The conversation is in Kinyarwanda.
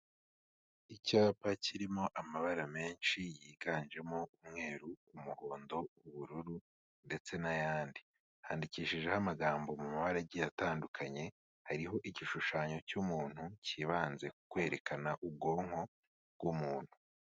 Icyapa kirimo amabara menshi yiganjemo umweru, umuhondo, ubururu ndetse n'ayandi, handikishijeho amagambo mu mabara agiye atandukanye hariho igishushanyo cy'umuntu cyibanze ku kwerekana ubwonko bw'umuntu.